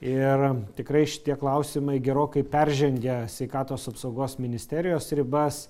ir tikrai šitie klausimai gerokai peržengia sveikatos apsaugos ministerijos ribas